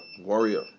warrior